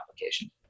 application